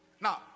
now